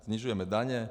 Snižujeme daně.